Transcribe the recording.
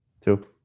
Two